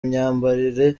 imyambarire